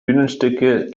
bühnenstücke